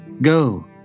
Go